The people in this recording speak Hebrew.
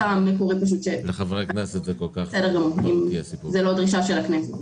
בסדר גמור, זה לא דרישה של הכנסת.